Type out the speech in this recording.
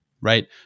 right